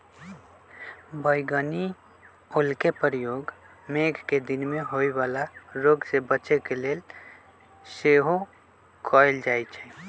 बइगनि ओलके प्रयोग मेघकें दिन में होय वला रोग से बच्चे के लेल सेहो कएल जाइ छइ